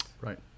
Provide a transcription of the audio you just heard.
right